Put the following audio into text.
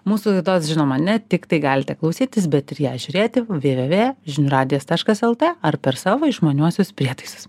mūsų laidos žinoma ne tiktai galite klausytis bet ir ją žiūrėti vė vė vė žinių radijas taškas lt ar per savo išmaniuosius prietaisus